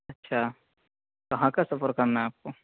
اچھا کہاں کا سفر کرنا ہے آپ کو